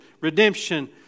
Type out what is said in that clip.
redemption